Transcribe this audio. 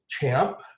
CHAMP